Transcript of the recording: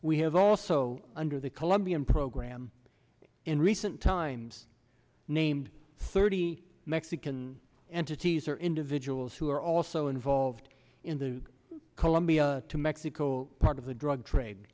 we have also under the colombian program in recent times named thirty mexican entities or individuals who are also involved in the colombia to mexico part of the drug trade